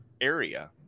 area